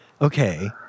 okay